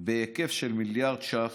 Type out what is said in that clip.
בהיקף של מיליארד ש"ח,